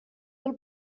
del